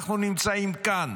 אנחנו נמצאים כאן.